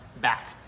back